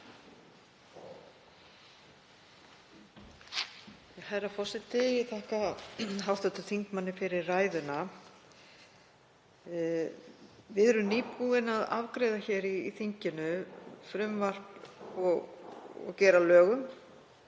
Herra forseti. Ég þakka hv. þingmanni fyrir ræðuna. Við erum nýbúin að afgreiða hér í þinginu frumvarp og gera að lögum,